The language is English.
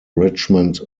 richmond